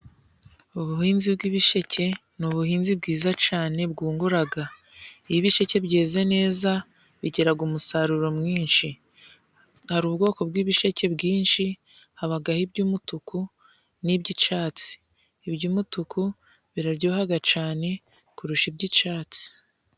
Ubuhinzi bw'ibisheke ni ubuhinzi bwiza cane bwunguraga iyo ibisheke byeze neza bigiraga umusaruro mwinshi. Hari ubwoko bw'ibisheke byinshi habagaho iby'umutuku, n'iby'icatsi iby'umutuku biraryohaga cane kurusha iby'icatsi.